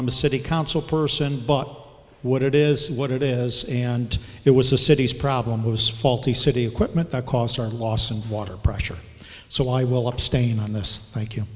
i'm a city council person but what it is what it is and it was the city's problem was faulty city equipment the cost or loss and water pressure so i will abstain on this thank you